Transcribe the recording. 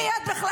מי את בכלל?